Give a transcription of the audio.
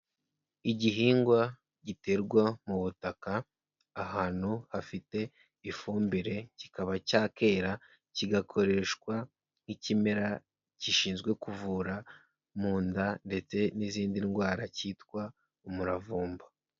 Igihingwa giterwa mu butaka, ahantu hafite ifumbire, kikaba cya kera kigakoreshwa nk'ikimera gishinzwe kuvura mu nda ndetse n'izindi ndwara cyitwa umuravumba.